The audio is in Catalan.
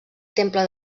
temple